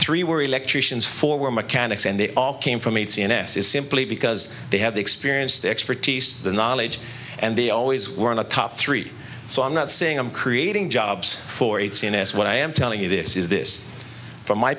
three were electricians four were mechanics and they all came from eight cns is simply because they have the experience to expertise the knowledge and they always were in the top three so i'm not saying i'm creating jobs for at cns what i am telling you this is this from my